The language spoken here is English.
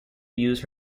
use